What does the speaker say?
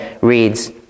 reads